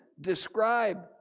describe